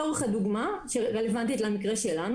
אני אתן דוגמה רלוונטית למקרה שלנו,